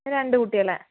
രണ്ട് കുട്ടികളാണ്